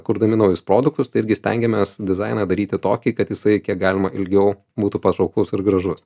kurdami naujus produktus tai irgi stengiamės dizainą daryti tokį kad jisai kiek galima ilgiau būtų patrauklus ir gražus